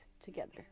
together